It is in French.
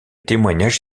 témoignage